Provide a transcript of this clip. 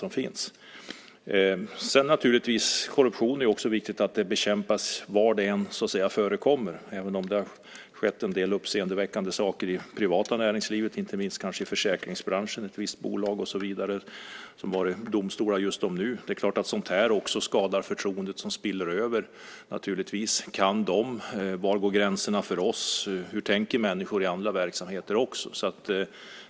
Det är naturligtvis viktigt att korruption bekämpas var den än förekommer. Det har skett en del uppseendeväckande saker i det privata näringslivet, kanske inte minst i försäkringsbranschen, i ett visst bolag, och så vidare. Det har just varit domstolsförhandlingar om det. Det är klart att sådant här också skadar förtroendet, som spiller över. Kan de? Var går gränserna för oss? Hur tänker människor i andra verksamheter?